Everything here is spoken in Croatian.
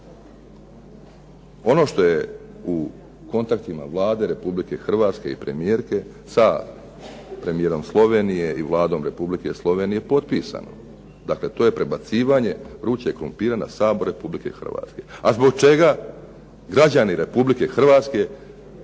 ono što je u kontaktima Vlade Republike Hrvatske i premijerke sa premijerom Slovenije i Vladom Republike Slovenije potpisano. Dakle, to je prebacivanje vrućeg krumpira na Sabor Republike Hrvatske. A zbog čega građani Republike Hrvatske